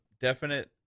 definite